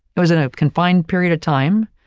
it was in a confined period of time,